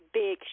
big